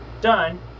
done